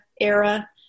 era